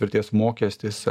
vertės mokestis